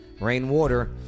Rainwater